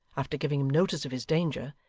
after giving him notice of his danger,